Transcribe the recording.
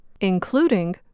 including